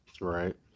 Right